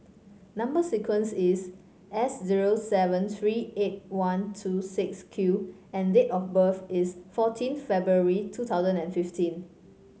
number sequence is S zero seven three eight one two six Q and date of birth is fourteenth February two thousand and fifteen